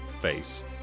face